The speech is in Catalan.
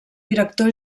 director